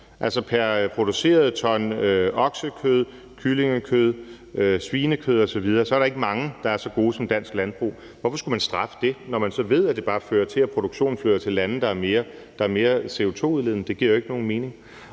Altså, pr. produceret ton oksekød, kyllingekød, svinekød osv. er der ikke mange, der er så gode som dansk landbrug. Hvorfor skulle man straffe det, når man så ved, at det bare fører til, at produktionen flytter til lande, der er mere CO2-udledende? Det giver jo ikke nogen mening.